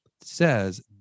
says